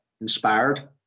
inspired